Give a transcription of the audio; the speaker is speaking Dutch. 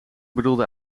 bedoelde